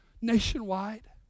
nationwide